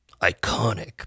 iconic